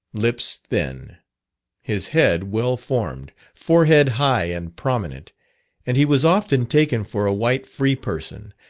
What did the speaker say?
lips thin his head well formed, forehead high and prominent and he was often taken for a white free person,